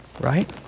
right